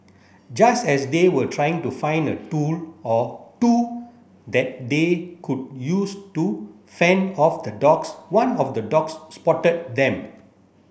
just as they were trying to find a tool or two that they could use to fend off the dogs one of the dogs spotted them